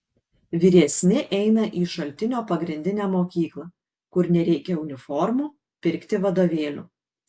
vyresni eina į šaltinio pagrindinę mokyklą kur nereikia uniformų pirkti vadovėlių